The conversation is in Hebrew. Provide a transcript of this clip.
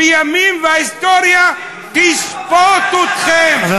והימים, וההיסטוריה תשפוט אתכם, אני בז לך.